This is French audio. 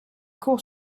cour